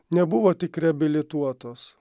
nebuvo tik reabilituotos